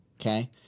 okay